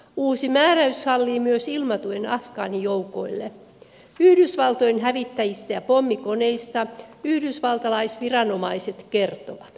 uusi määräys sallii myös ilmatuen afgaanijoukoille yhdysvaltojen hävittäjistä ja pommikoneista yhdysvaltalaisviranomaiset kertovat